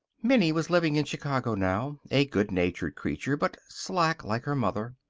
minnie was living in chicago now a good-natured creature, but slack like her mother.